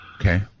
Okay